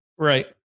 Right